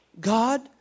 God